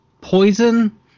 poison